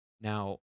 Now